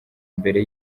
mbere